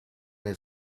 nel